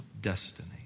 Destiny